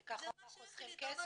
כי ככה הוא אמר חוסכים כסף?